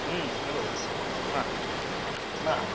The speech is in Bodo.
हेलौ मा मा